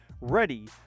ready